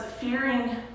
fearing